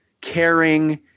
caring